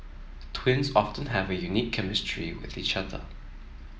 twins often have a unique chemistry with each other